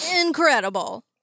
incredible